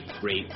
great